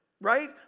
right